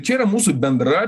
čia yra mūsų bendra